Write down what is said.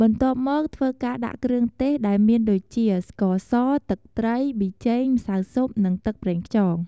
បន្ទាប់មក ធ្វើការដាក់គ្រឿងទេសដែលមានដូចជា ស្ករស ទឹកត្រី ប៊ីចេង ម្សៅស៊ុប និងទឹកប្រងខ្យង។